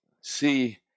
see